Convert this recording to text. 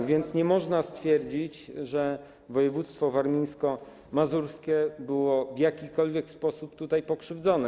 A więc nie można stwierdzić, że województwo warmińsko-mazurskie było w jakikolwiek sposób tutaj pokrzywdzone.